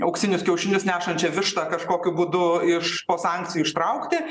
auksinius kiaušinius nešančią vištą kažkokiu būdu iš po sankcijų ištraukti